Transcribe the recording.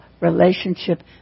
relationship